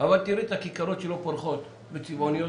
אבל תראי את הכיכרות שלו פורחות וצבעוניות,